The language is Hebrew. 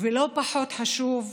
ולא פחות חשוב,